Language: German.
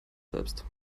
selbst